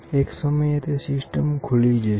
એક સમયે તે સિસ્ટમ ખુલી જશે